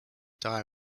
die